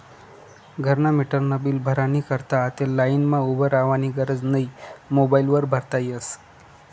घरना मीटरनं बील भरानी करता आते लाईनमा उभं रावानी गरज नै मोबाईल वर भरता यस